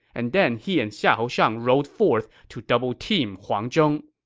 and then he and xiahou shang rode forth to doubleteam huang zhong.